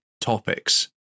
topics